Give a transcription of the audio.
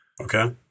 Okay